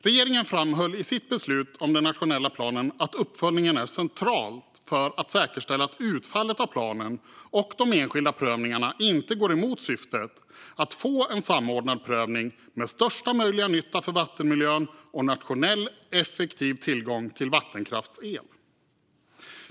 Regeringen framhöll i sitt beslut om den nationella planen att uppföljning är centralt för att säkerställa att utfallet av planen och de enskilda prövningarna inte går emot syftet att få en samordnad prövning med största möjliga nytta för vattenmiljön och för nationell effektiv tillgång till vattenkraftsel.